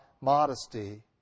modesty